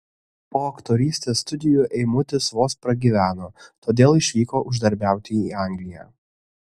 po aktorystės studijų eimutis vos pragyveno todėl išvyko uždarbiauti į angliją